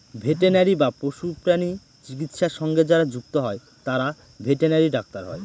veterinary বা পশুপ্রাণী চিকিৎসা সঙ্গে যারা যুক্ত হয় তারা ভেটেনারি ডাক্তার হয়